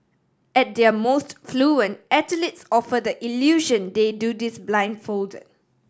at their most fluent athletes offer the illusion they do this blindfolded